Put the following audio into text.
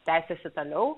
tęsiasi toliau